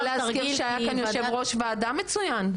שהיה כאן יושב ראש ועדה מצוין,